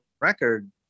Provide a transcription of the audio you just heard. record